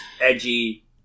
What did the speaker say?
edgy